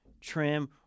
trim